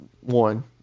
one